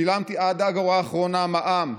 שילמתי עד האגורה האחרונה מע"מ,